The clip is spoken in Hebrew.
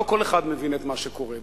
לא כל אחד מבין את מה שקורה פה.